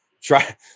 Try